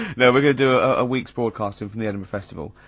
no, we're gonna do a week's broadcasting from the edinburgh festival.